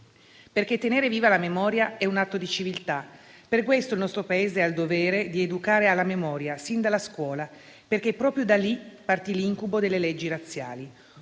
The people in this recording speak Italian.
perché tenere viva la memoria è un atto di civiltà. Per questo il nostro Paese ha il dovere di educare alla memoria sin dalla scuola: proprio da lì, infatti, partì l'incubo delle leggi razziali,